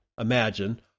imagine